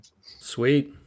sweet